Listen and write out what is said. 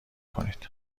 کنید